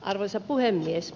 arvoisa puhemies